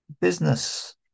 business